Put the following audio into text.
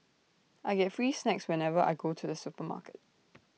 I get free snacks whenever I go to the supermarket